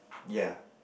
yea